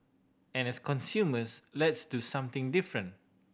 and as consumers let's do something different